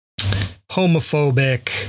homophobic